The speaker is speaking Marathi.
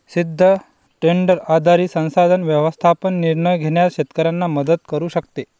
सिद्ध ट्रेंडवर आधारित संसाधन व्यवस्थापन निर्णय घेण्यास शेतकऱ्यांना मदत करू शकते